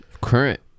current